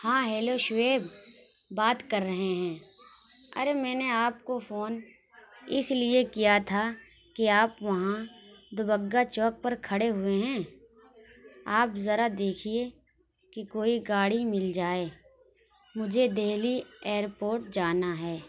ہاں ہیلو شعیب بات کر رہے ہیں ارے میں نے آپ کو فون اس لیے کیا تھا کہ آپ وہاں دوبگھہ چوک پر کھڑے ہوئے ہیں آپ ذرا دیکھیے کہ کوئی گاڑی مل جائے مجھے دہلی ایئرپورٹ جانا ہے